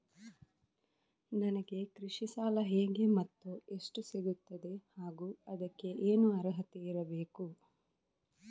ನನಗೆ ಕೃಷಿ ಸಾಲ ಹೇಗೆ ಮತ್ತು ಎಷ್ಟು ಸಿಗುತ್ತದೆ ಹಾಗೂ ಅದಕ್ಕೆ ಏನು ಅರ್ಹತೆ ಇರಬೇಕು?